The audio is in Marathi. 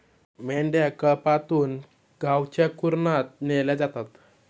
मेंढ्या कळपातून गावच्या कुरणात नेल्या जातात